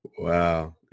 Wow